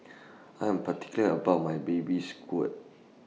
I Am particular about My Baby Squid